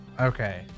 Okay